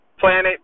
planet